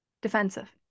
defensive